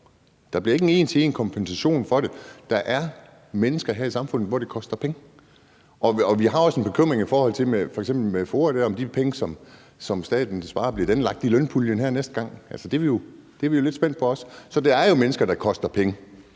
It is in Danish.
Der bliver ikke en en til en-kompensation for det. Der er mennesker her i samfundet, for hvem det koster penge. Vi har også en bekymring i forhold til f.eks. FOA, altså om de penge, som staten sparer, bliver lagt i lønpuljen her næste gang. Altså, det er vi jo også lidt spændte på. Så der er jo mennesker, for hvem det koster penge,